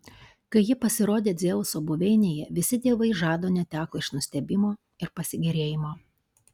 kai ji pasirodė dzeuso buveinėje visi dievai žado neteko iš nustebimo ir pasigėrėjimo